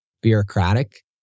bureaucratic